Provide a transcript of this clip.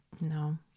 No